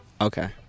Okay